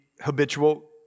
habitual